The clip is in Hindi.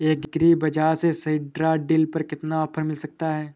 एग्री बाजार से सीडड्रिल पर कितना ऑफर मिल सकता है?